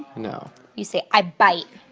no. you say, i bite